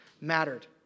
mattered